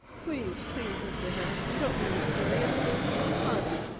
please please mr. herriton, don't be mysterious there isn't the time.